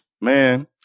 Man